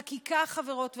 חקיקה, חברות וחברים,